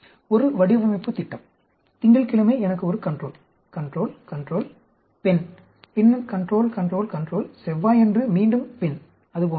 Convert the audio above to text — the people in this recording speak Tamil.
ஒரு வடிவமைப்புத் திட்டம் திங்கட்கிழமை எனக்கு ஒரு கன்ட்ரோல் கன்ட்ரோல் கன்ட்ரோல் பெண் பின்னர் கன்ட்ரோல் கன்ட்ரோல் கன்ட்ரோல் செவ்வாயன்று மீண்டும் பெண் அது போன்றது